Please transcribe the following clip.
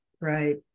right